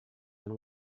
and